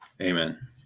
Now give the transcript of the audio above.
amen